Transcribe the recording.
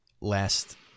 last